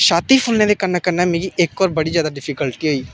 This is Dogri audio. छाती फुल्लने दे कन्नै कन्नै मिगी इक होर बड़ी ज्यादा डिफीकल्टी होई